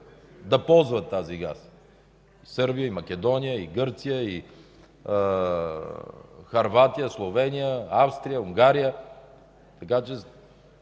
да ползват тази газ – Сърбия, Македония, Гърция, Хърватия, Словения, Австрия, Унгария. Така че